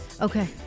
Okay